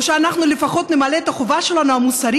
או שאנחנו לפחות נמלא את החובה המוסרית